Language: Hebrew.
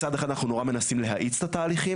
מצד אחד אנחנו נורא מנסים להאיץ את התהליכים,